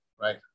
right